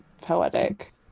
poetic